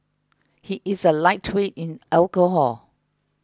he is a lightweight in alcohol